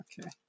okay